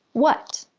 what?